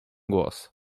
głos